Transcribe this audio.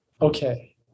okay